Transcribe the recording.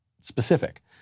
specific